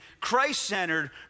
Christ-centered